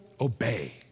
obey